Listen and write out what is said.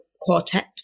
Quartet